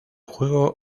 juego